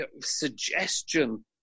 suggestion